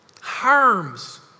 harms